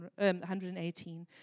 118